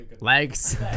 Legs